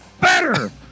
better